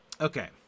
Okay